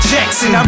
Jackson